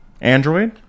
Android